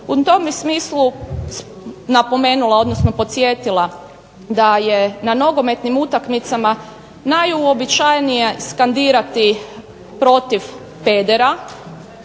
U tom bih smislu napomenula odnosno podsjetila da je na nogometnim utakmicama najuobičajenije skandirati protiv pedera